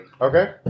Okay